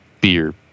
beer